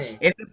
Es